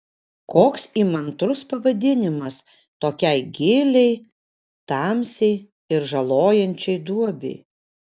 koks įmantrus pavadinimas tokiai giliai tamsiai ir žalojančiai duobei